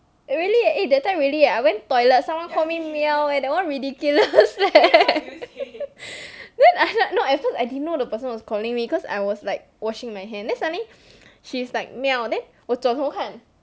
really leh eh that time really eh I went toilet someone call me meow eh that one ridiculous then I no at first I didn't know the person was calling me cause I was like washing my hand then suddenly she is like meow then 我转头看